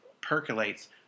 percolates